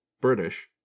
british